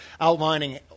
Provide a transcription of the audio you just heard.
outlining